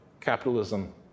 Capitalism